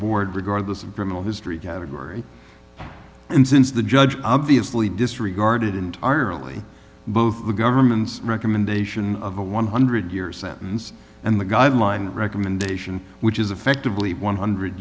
board regardless of criminal history category and since the judge obviously disregarded entirely both the government's recommendation of a one hundred years sentence and the guideline recommendation which is effectively one hundred